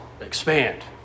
expand